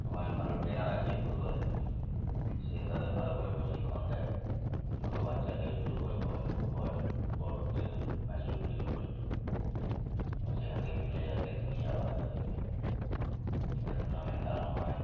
ওখানে ভালো ট্রেনার আছে ফুটবলের সে তাদের ভালো করে প্রশিক্ষণ দেয় ছোট বাচ্চা থেকে শুরু করে বয়স্ক বয়সে বড় ছেলে ম্যাচিওর ছেলে পর্যন্ত এবং সেখান থেকে বিভিন্ন জায়গায় খেলতে নিয়ে যাওয়া হয় তাদেরকে তাদের টুর্নামেন্ট খেলানো হয়